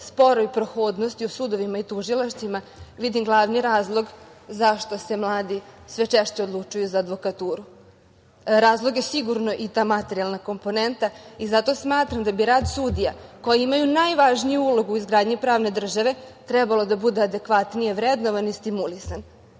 sporoj prohodnosti u sudovima i tužilaštvima vidim glavni razlog zašto se mladi sve češće odlučuju za advokaturu. Razlog je, sigurno, i ta materijalna komponenta i zato smatram da bi rad sudija koji imaju najvažniju ulogu u izgradnji pravne države trebalo da bude adekvatnije vrednovan i stimulisan,